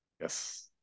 Yes